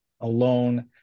alone